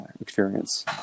experience